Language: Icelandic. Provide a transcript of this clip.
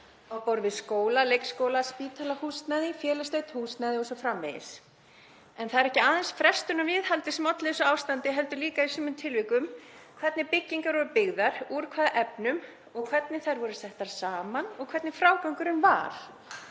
á borð við skóla, leikskóla, spítalahúsnæði, félagslegt húsnæði o.s.frv. En það er ekki aðeins frestun á viðhaldi sem olli þessu ástandi heldur líka í sumum tilvikum hvernig byggingar voru byggðar, úr hvaða efnum, hvernig þær voru settar saman og hvernig frágangurinn var.